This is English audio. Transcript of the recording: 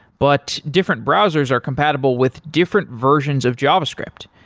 but different browsers are compatible with different versions of javascript.